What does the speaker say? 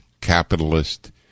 capitalist